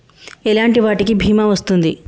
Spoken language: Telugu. ఎలాంటి వాటికి బీమా వస్తుంది?